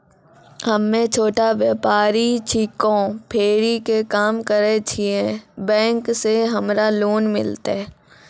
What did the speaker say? हम्मे छोटा व्यपारी छिकौं, फेरी के काम करे छियै, बैंक से हमरा लोन मिलतै?